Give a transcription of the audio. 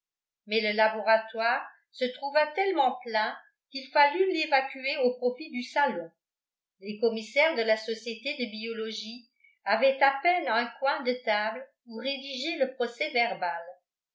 mais le laboratoire se trouva tellement plein qu'il fallut l'évacuer au profit du salon les commissaires de la société de biologie avaient à peine un coin de table où rédiger le